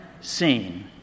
seen